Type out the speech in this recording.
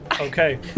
Okay